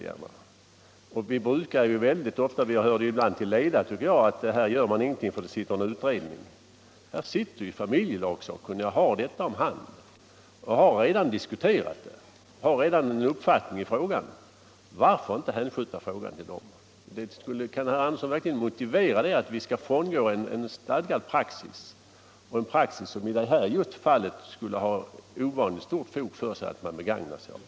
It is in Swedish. Det har också herr Svanström framhållit. Ibland hör vi nästan till leda att vi inte skall vidta några åtgärder för att en utredning är tillsatt. Den här frågan har familjelagssakkunniga i uppgift att handlägga. Utredningen har redan diskuterat den och har en uppfattning. Varför då inte hänskjuta frågan till den utredningen? Kan herr Andersson verkligen motivera att vi skall frångå en stadgad praxis, en praxis som det finns ovanligt goda skäl att följa just i det här fallet?